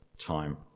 time